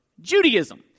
Judaism